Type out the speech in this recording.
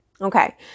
Okay